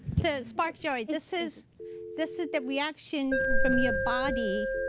so spark joy, this is this is the reaction from your body,